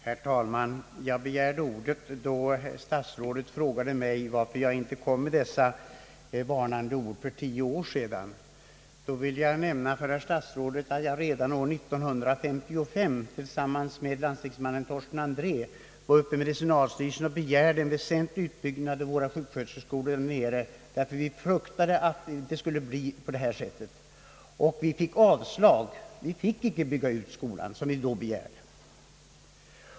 Herr talman! Jag begärde ordet, när statsrådet frågade mig varför jag inte kom med dessa varnande ord för tio år sedan. Jag vill då nämna för statsrådet att jag redan år 1955 tillsammans med landstingsmannen Torsten Andrée var uppe hos medicinalstyrelsen och begärde en väsentlig utbyggnad av vår sjuksköterskeskola där nere, ty vi fruktade att det skulle bli på det här sättet. Vi fick emellertid avslag. Det ansågs då ej behövligt att genomföra den begärda utbyggnaden av vår skola.